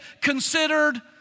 considered